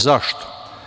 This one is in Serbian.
Zašto?